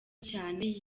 cyane